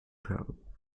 pearl